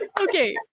okay